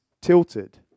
tilted